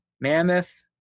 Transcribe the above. mammoth